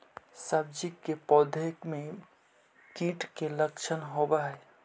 सब्जी के पौधो मे कीट के लच्छन होबहय?